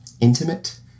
intimate